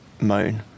moan